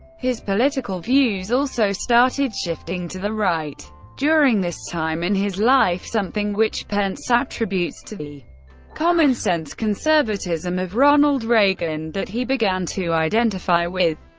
his political views also started shifting to the right during this time in his life, something which pence attributes to the common-sense conservatism of ronald reagan that he began to identify with.